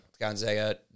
Gonzaga